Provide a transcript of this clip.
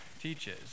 teaches